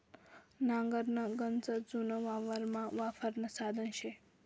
नांगर गनच जुनं वावरमा वापरानं साधन शे